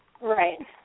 Right